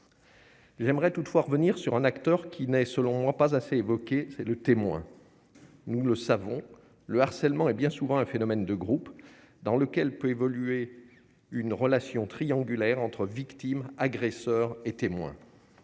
J'aimerais toutefois revenir sur un acteur qui n'est selon moi pas assez évoqué, c'est le témoin, nous le savons, le harcèlement, hé bien souvent un phénomène de groupe dans lequel peut évoluer une relation triangulaire entre victimes agresseurs moins